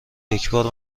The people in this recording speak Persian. یکبار